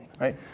right